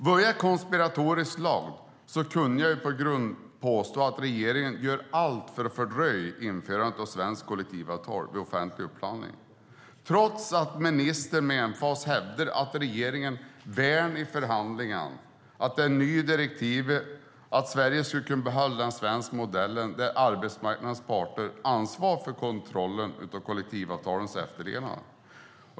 Vore jag konspiratoriskt lagd kunde jag påstå att regeringen gör allt för att fördröja införandet av svenskt kollektivavtal vid offentlig upphandling, trots att ministern med emfas hävdar att regeringen i förhandlingarna värnar att Sverige ska kunna behålla den svenska modellen där arbetsmarknadens parter ansvarar för kontrollen av kollektivavtalens efterlevnad.